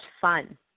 fun